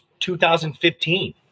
2015